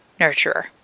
nurturer